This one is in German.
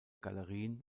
galerien